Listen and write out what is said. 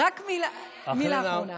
רק מילה אחרונה.